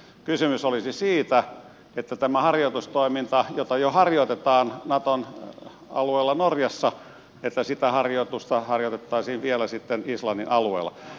kysymys olisi siitä että tätä harjoitustoimintaa jota jo harjoitetaan naton alueella norjassa harjoitettaisiin vielä sitten islannin alueella